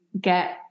get